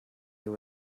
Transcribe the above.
this